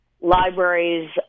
Libraries